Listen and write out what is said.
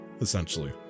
essentially